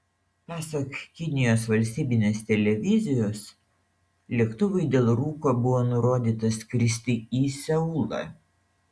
pasak kinijos valstybinės televizijos lėktuvui dėl rūko buvo nurodyta skristi į seulą